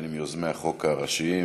ואני מיוזמי החוק הראשיים,